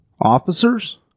officers